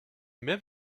même